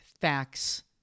facts